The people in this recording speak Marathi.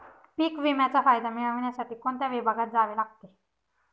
पीक विम्याचा फायदा मिळविण्यासाठी कोणत्या विभागात जावे लागते?